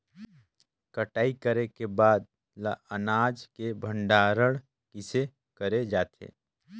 कटाई करे के बाद ल अनाज के भंडारण किसे करे जाथे?